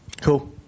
Cool